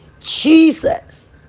jesus